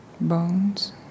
bones